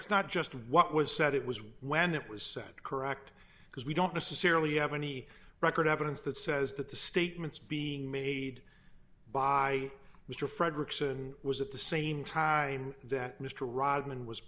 it's not just what was said it was when it was said correct because we don't necessarily have any record evidence that says that the statements being made by mr frederickson was at the same time that mr rodman was